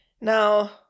Now